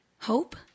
Hope